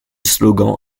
slogan